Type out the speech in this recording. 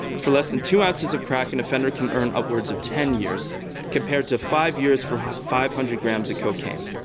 for less than two ounces of crack an offender can earn upwards of ten years compared to five years for five hundred grams of cocaine.